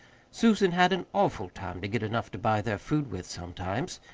susan had an awful time to get enough to buy their food with sometimes.